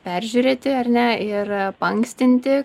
peržiūrėti ar ne ir paankstinti